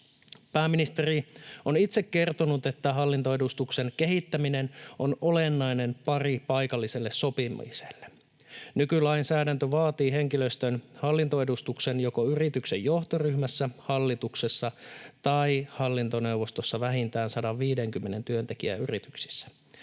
Pääministeri on itse kertonut, että hallintoedustuksen kehittäminen on olennainen pari paikalliselle sopimiselle. Nykylainsäädäntö vaatii henkilöstön hallintoedustuksen joko yrityksen johtoryhmässä, hallituksessa tai hallintoneuvostossa vähintään 150 työntekijän yrityksissä.